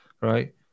right